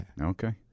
Okay